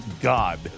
god